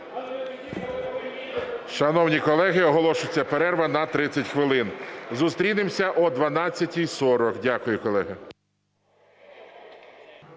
Шановні колеги, оголошується перерва на 30 хвилин. Зустрінемося о 12:40. Дякую, колеги.